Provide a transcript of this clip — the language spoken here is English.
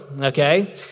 okay